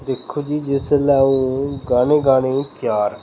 दिक्खो जी जिसलै ओह् गाना गाने गी त्यार